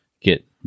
get